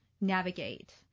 navigate